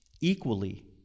equally